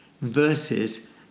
versus